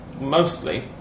mostly